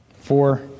Four